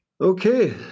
Okay